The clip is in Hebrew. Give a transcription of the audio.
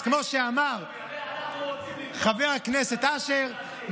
אז כמו שאמר חבר הכנסת אשר,